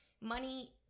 money